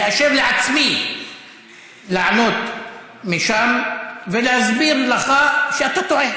מאשר לעצמי לענות משם ולהסביר לך שאתה טועה,